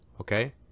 okay